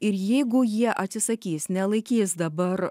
ir jeigu jie atsisakys nelaikys dabar